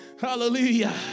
hallelujah